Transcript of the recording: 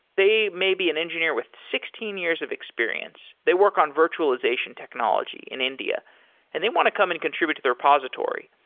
they may be an engineer with sixteen years of experience. they work on virtualization technology in india and they want to come and contribute to the repository,